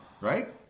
right